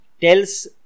tells